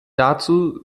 dazu